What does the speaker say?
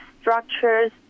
structures